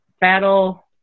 battle